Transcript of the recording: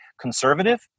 conservative